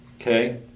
Okay